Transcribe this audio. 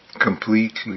Completely